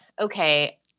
okay